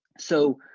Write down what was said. so,